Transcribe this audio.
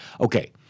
Okay